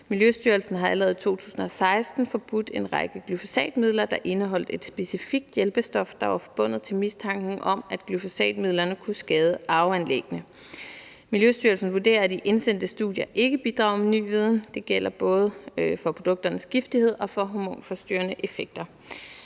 Miljøstyrelsen har allerede i 2016 forbudt en række glyfosatmidler, der indeholdt et specifikt hjælpestof, der var forbundet til mistanken om, at glyfosatmidlerne kunne skade arveanlæggene. Miljøstyrelsen vurderer, at de indsendte studier ikke bidrager med ny viden, og det gælder både for produkternes giftighed og for hormonforstyrrende effekter.